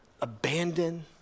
abandoned